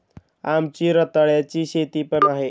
आमची रताळ्याची शेती पण आहे